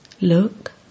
look